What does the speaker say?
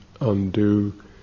undo